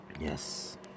Yes